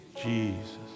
Jesus